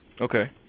Okay